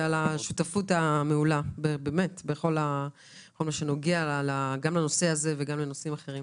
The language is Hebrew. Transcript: על השותפות המעולה בכל מה שנוגע גם לנושא הזה וגם לנושאים אחרים.